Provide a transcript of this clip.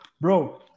bro